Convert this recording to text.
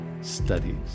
studies